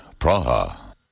Praha